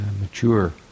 mature